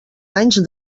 anys